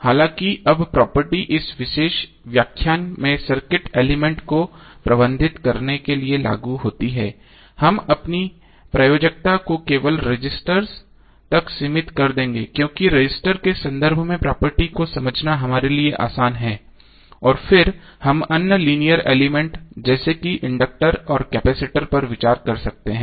हालांकि अब प्रॉपर्टी इस विशेष व्याख्यान में सर्किट एलिमेंट्स को प्रबंधित करने के लिए लागू होती है हम अपनी प्रयोज्यता को केवल रजिस्टर्स तक सीमित कर देंगे क्योंकि रजिस्टर्स के संदर्भ में प्रॉपर्टी को समझना हमारे लिए आसान है और फिर हम अन्य लीनियर एलिमेंट्स जैसे कि इंडक्टर और कैपेसिटर पर विचार कर सकते हैं